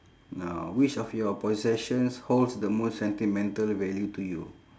no which of your possessions holds the most sentimental value to you